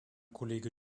kollege